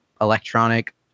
electronic